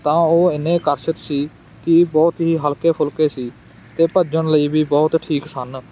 ਤਾਂ ਉਹ ਐਨੇ ਆਕਰਸ਼ਿਤ ਸੀ ਕਿ ਬਹੁਤ ਹੀ ਹਲਕੇ ਫੁਲਕੇ ਸੀ ਅਤੇ ਭੱਜਣ ਲਈ ਵੀ ਬਹੁਤ ਠੀਕ ਸਨ